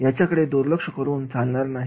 याच्याकडे दुर्लक्ष करून चालणार नाही